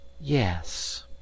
Yes